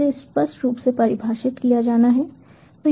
इसे स्पष्ट रूप से परिभाषित किया जाना है